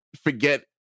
forget